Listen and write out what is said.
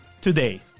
today